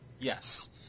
Yes